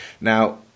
now